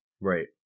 Right